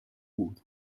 kuud